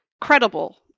credible